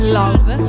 love